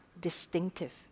distinctive